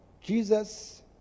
Jesus